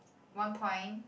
one point